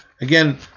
Again